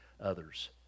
others